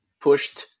pushed